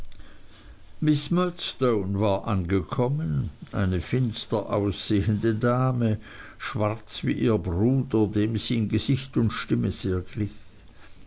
murdstone war angekommen eine finster aussehende dame schwarz wie ihr bruder dem sie in gesicht und stimme